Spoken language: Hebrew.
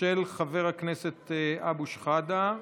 של חבר הכנסת אבו שחאדה.